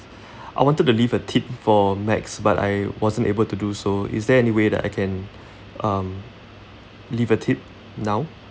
I wanted to leave a tip for max but I wasn't able to do so is there any way that I can um leave a tip now